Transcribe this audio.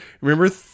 Remember